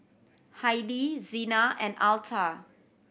Hailie Xena and Altha